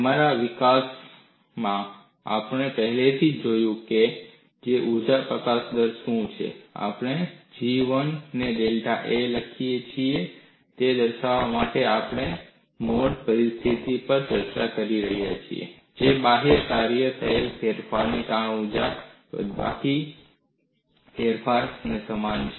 અમારા વિકાસમાં આપણે પહેલેથી જ જોયું છે કે ઊર્જા પ્રકાશિત દર શું છે આપણે G 1 ને ડેલ્ટા A માં લખી શકીએ છીએ તે દર્શાવવા માટે કે આપણે મોડ I પરિસ્થિતિ પર ચર્ચા કરી રહ્યા છીએ જે બાહ્ય કાર્યમાં થયેલા ફેરફારને તાણ ઊર્જામાં બાદબાકી ફેરફાર કરવા સમાન છે